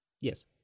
yes